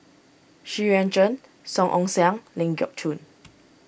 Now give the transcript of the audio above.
Xu Yuan Zhen Song Ong Siang Ling Geok Choon